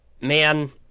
man